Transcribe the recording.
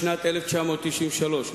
בשנת 1993,